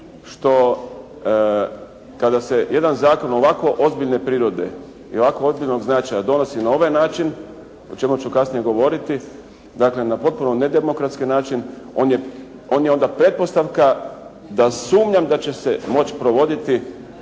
što kada se jedan zakon ovako ozbiljne prirode i ovako ozbiljnog značaja donosi na ovaj način o čemu ću kasnije govoriti, dakle na potpuno nedemokratski način, on je onda pretpostavka da sumnjam da će se moći provoditi